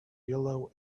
yellow